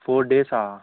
four డేసా